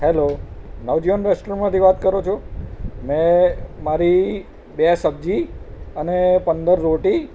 hello નવજીવન રેસ્ટોરન્ટમાંથી વાત કરો છો મે મારી બે સબ્જી અને પંદર રોટી